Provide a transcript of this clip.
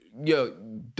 Yo